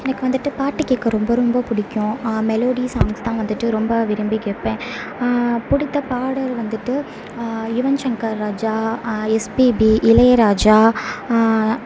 எனக்கு வந்துவிட்டு பாட்டு கேட்க ரொம்ப ரொம்ப பிடிக்கும் மெலோடி சாங்ஸ் தான் வந்துவிட்டு ரொம்ப விரும்பி கேட்பேன் பிடித்த பாடல் வந்துவிட்டு யுவன் சங்கர் ராஜா எஸ்பிபி இளையராஜா